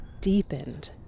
deepened